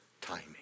timing